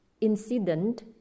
incident